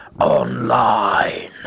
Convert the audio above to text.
online